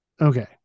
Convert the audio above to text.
Okay